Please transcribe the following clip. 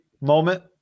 moment